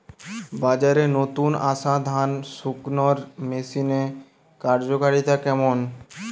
বাজারে নতুন আসা ধান শুকনোর মেশিনের কার্যকারিতা কেমন?